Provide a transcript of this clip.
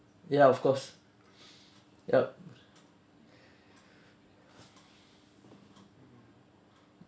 ya of course yup